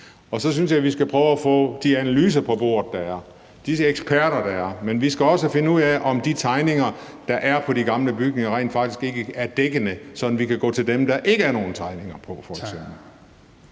Og så synes jeg, vi skal prøve at få de analyser, der er, på bordet, de eksperter, der er, men vi skal også kan finde ud af, om de tegninger, der er over de gamle bygninger, rent faktisk er dækkende, sådan at vi kan gå til dem, der f.eks. ikke er nogen tegninger